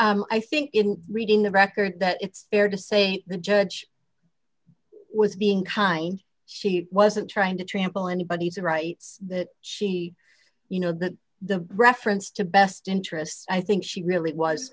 down i think in reading the record that it's fair to say the judge was being kind she wasn't trying to trample anybody's rights that she you know that the reference to best interests i think she really was